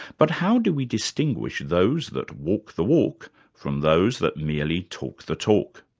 but how do we distinguish those that walk the walk from those that merely talk the talk?